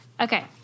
Okay